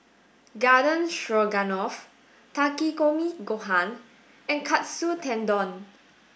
Garden Stroganoff Takikomi Gohan and Katsu Tendon